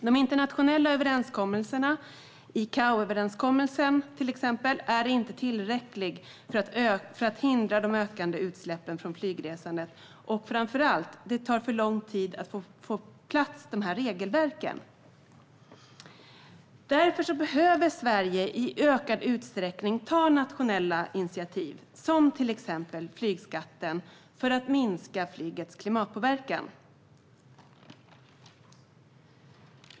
De internationella överenskommelserna, till exempel ICAO-överenskommelsen, är inte tillräckliga för att hindra de ökande utsläppen från flygresandet, och framför allt tar det för lång tid att få regelverken på plats. Därför behöver Sverige i ökad utsträckning ta nationella initiativ som flygskatten för att minska flygets klimatpåverkan.